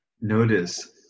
notice